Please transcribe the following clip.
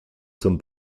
zum